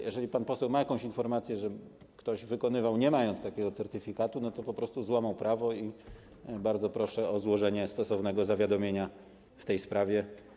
Jeżeli pan poseł ma informację, że ktoś wykonywał je, nie mając takiego certyfikatu, to po prostu złamał prawo i bardzo proszę o złożenie stosownego zawiadomienia w tej sprawie.